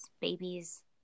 Babies